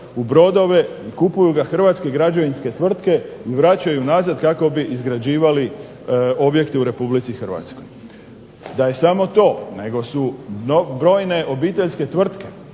u brodove, kupuju ga hrvatske građevinske tvrtke i vraćaju nazad kako bi izgrađivali objekte u Republici Hrvatskoj. Da je samo to, nego su brojne obiteljske tvrtke